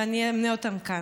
ואני אמנה אותן כאן.